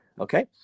okay